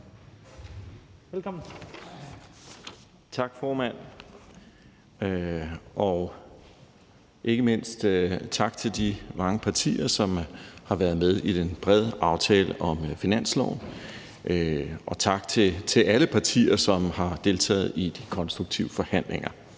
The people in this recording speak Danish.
Ikke mindst vil jeg også sige tak til de mange partier, som har været med i den brede aftale om finansloven. Også tak til alle de partier, som har deltaget i de konstruktive forhandlinger.